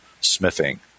smithing